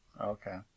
Okay